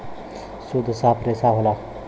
सुद्ध साफ रेसा होला